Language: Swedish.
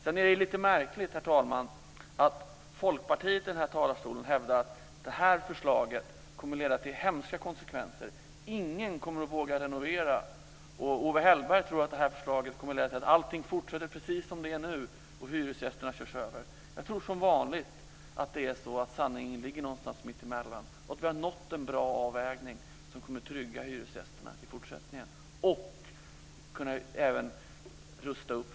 Det är lite märkligt, herr talman, att Folkpartiet i talarstolen hävdar att förslaget kommer att leda till hemska konsekvenser och att ingen kommer att våga renovera, samtidigt som Owe Hellberg tror att förslaget innebär att allting fortsätter precis som vanligt och att hyresgästerna körs över. Jag tror som vanligt att sanningen ligger någonstans mittemellan. Vi har nått en bra avvägning, som kommer att trygga hyresgästernas situation i fortsättningen och göra att fastigheter kan rustas upp.